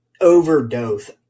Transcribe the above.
overdose